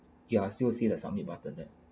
yeah I still see the submit button there